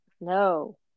No